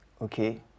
Okay